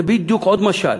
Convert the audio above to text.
זה בדיוק עוד משל: